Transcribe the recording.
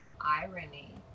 irony